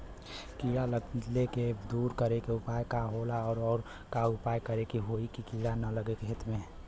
कीड़ा लगले के दूर करे के उपाय का होला और और का उपाय करें कि होयी की कीड़ा न लगे खेत मे?